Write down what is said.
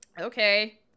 Okay